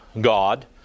God